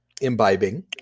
imbibing